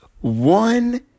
one